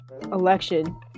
election